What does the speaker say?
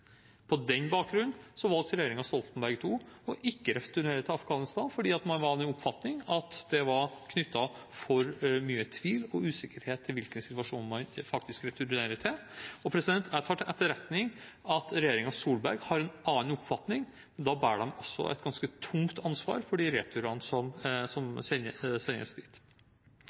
På den bakgrunn valgte regjeringen Stoltenberg II ikke å returnere til Afghanistan fordi man var av den oppfatning at det var knyttet for mye tvil og usikkerhet til hvilken situasjon man faktisk returnerer til. Jeg tar til etterretning at regjeringen Solberg har en annen oppfatning, men da bærer man også et ganske tungt ansvar for de returene som